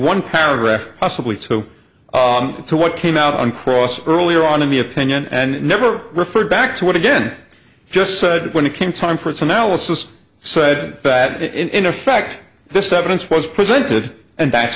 one paragraph possibly so to what came out on cross earlier on in the opinion and never referred back to what again just said when it came time for its analysis said bad in effect this evidence was presented and that's